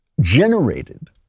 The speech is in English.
generated